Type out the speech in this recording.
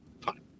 Fine